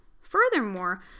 Furthermore